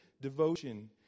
devotion